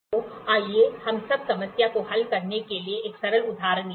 तो आइए हम इस समस्या को हल करने के लिए एक सरल उदाहरण लें